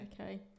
Okay